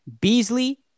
Beasley